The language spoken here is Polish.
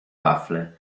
wafle